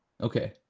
Okay